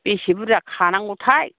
बेसे बुरजा खानांगौथाय